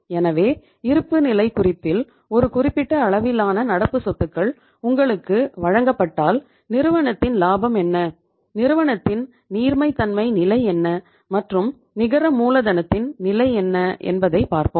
எனவே இருப்புநிலைக் குறிப்பில் ஒரு குறிப்பிட்ட அளவிலான நடப்பு சொத்துக்கள் உங்களுக்கு வழங்கப்பட்டால் நிறுவனத்தின் லாபம் என்ன நிறுவனத்தின் நீர்மைத்தன்மை நிலை என்ன மற்றும் நிகர மூலதனத்தின் நிலை என்ன என்பதைப் பார்ப்போம்